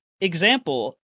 example